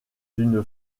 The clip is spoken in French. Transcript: une